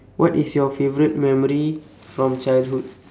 what is your favourite memory from childhood